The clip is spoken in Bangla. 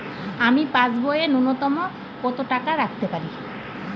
আমি পাসবইয়ে ন্যূনতম কত টাকা রাখতে পারি?